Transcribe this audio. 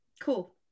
Cool